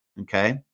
Okay